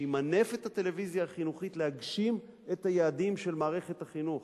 שימנף את הטלוויזיה החינוכית להגשים את היעדים של מערכת החינוך.